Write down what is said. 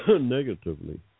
negatively